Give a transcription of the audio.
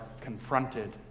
confronted